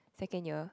second year